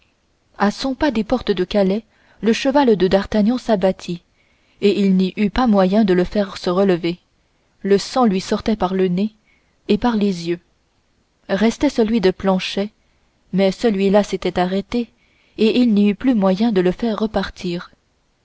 à cent pas des portes de calais le cheval de d'artagnan s'abattit et il n'y eut pas moyen de le faire se relever le sang lui sortait par le nez et par les yeux restait celui de planchet mais celui-là s'était arrêté et il n'y eut plus moyen de le faire repartir